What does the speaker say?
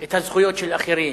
את הזכויות של אחרים.